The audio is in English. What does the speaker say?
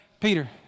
Peter